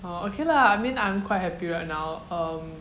orh okay lah I mean I'm quite happy right now um